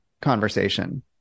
conversation